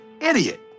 idiot